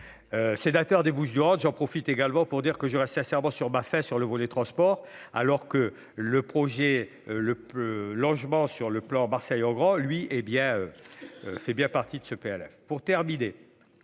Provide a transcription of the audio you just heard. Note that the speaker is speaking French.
sénateur des Bouches-du-Rhône, j'en profite également pour dire que j'aurais sincèrement sur ma fait sur le volet transport alors que le projet le peu logements sur le plan Marseille en grand, lui, hé bien, fait bien partie de ce PLF pour terminer,